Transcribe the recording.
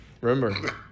Remember